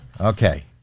okay